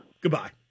goodbye